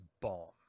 bomb